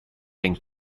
and